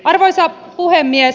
arvoisa puhemies